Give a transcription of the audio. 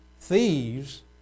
thieves